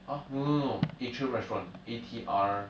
ah no no no atrium restaurant A T R